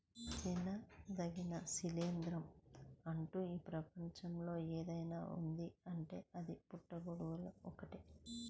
తినదగిన శిలీంద్రం అంటూ ఈ ప్రపంచంలో ఏదైనా ఉన్నదీ అంటే అది పుట్టగొడుగులు ఒక్కటే